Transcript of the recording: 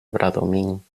bradomín